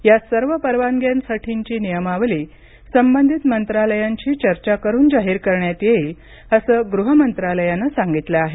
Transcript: या सर्व परवानग्यांसाठीची नियमावली संबंधित मंत्रालयांशी चर्चा करून जाहीर करण्यात येईल असं गृह मंत्रालयानं सांगितलं आहे